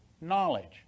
knowledge